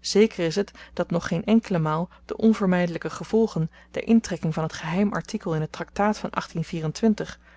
zéker is t dat nog geen enkele maal de onvermydelyke gevolgen der intrekking van t geheim artikel in het traktaat van